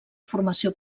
formació